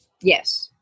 Yes